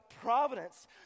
providence